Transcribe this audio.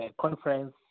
conference